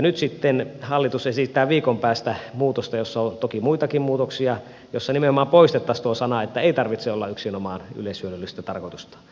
nyt sitten hallitus esittää viikon päästä muutosta on toki muitakin muutoksia jossa nimenomaan poistettaisiin tuo sana että ei tarvitse olla yksinomaan yleishyödyllistä tarkoitusta